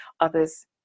others